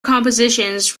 compositions